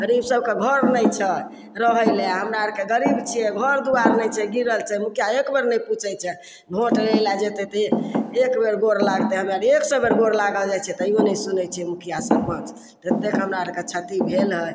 गरीब सभके घर नहि छै रहय लए हमरा आरके गरीब छियै घर दुआरि नहि छै गिरल छै मुखिया एक बेर नहि पुछय छै वोट लै लऽ जेतय तऽ एक बेर गोर लागतै हमरा आर एक सए बेर गोर लागल जाइ छै तइयो नहि सुनय छै मुखिया सरपञ्च ततेक हमरा आरके क्षति भेल हँ